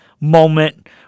moment